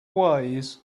ways